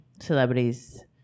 celebrities